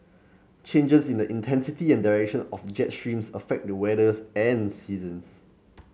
changes in the intensity and direction of jet streams affect the weather and seasons